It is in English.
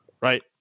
right